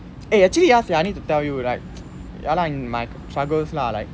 eh actually ya sia I need to tell you like all like my struggles lah like